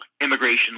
immigration